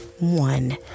One